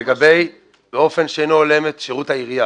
לגבי באופן שאינו הולם את שירות העירייה,